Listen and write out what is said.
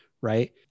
right